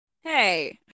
Hey